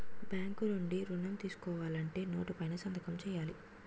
bank నుండి ఋణం తీసుకోవాలంటే నోటు పైన సంతకం సేయాల